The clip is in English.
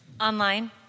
Online